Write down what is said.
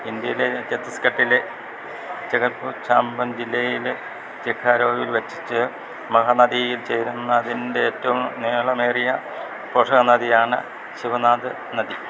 ഇന്ത്യയിലെ ഛത്തീസ്ഗഡിലെ ജഗദ്പൂർ ചാമ്പൻ ജില്ലയിലെ ചിഗാരോവിൽവച്ച് മഹാനദിയില് ചേരുന്നതിന്റെ ഏറ്റവും നീളമേറിയ പോഷകനദിയാണ് ശിവനാഥ് നദി